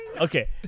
Okay